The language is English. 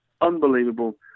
Unbelievable